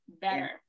better